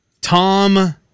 Tom